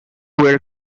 were